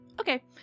Okay